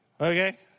Okay